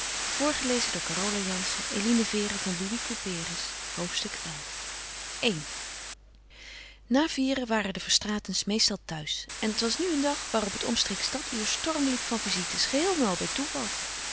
hoofdstuk xi i na vieren waren de verstraetens meestal thuis en het was nu een dag waarop het omstreeks dat uur storm liep van visites geheel en al bij toeval